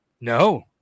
No